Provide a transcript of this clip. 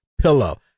pillow